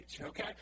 okay